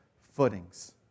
footings